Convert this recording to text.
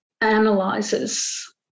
analyzes